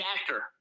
actor